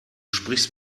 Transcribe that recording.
sprichst